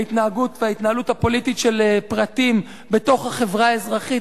ההתנהגות וההתנהלות הפוליטית של פרטים בתוך החברה האזרחית.